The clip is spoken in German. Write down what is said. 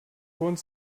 grund